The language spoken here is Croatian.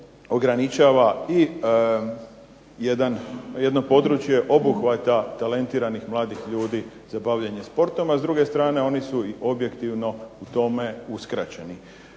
ograničava i jedno područje obuhvata talentiranih mladih ljudi za bavljenje sportom, a s druge strane oni su objektivno u tome uskraćeni.